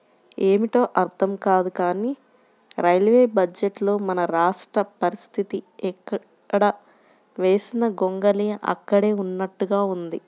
ఏమిటో అర్థం కాదు కానీ రైల్వే బడ్జెట్లో మన రాష్ట్ర పరిస్తితి ఎక్కడ వేసిన గొంగళి అక్కడే ఉన్నట్లుగా ఉంది